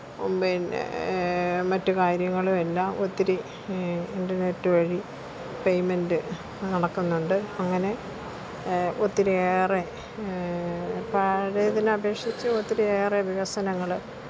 പിന്നെ മറ്റു കാര്യങ്ങളും എല്ലാം ഒത്തിരി ഇന്റര്നെറ്റ് വഴി പേയ്മെന്റ് നടക്കുന്നുണ്ട് അങ്ങനെ ഒത്തിരി ഏറെ പഴയതിനെ അപേക്ഷിച്ച് ഒത്തിരിയേറെ വികസനങ്ങൾ